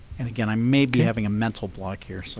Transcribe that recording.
and again, i may be having a mental block here. so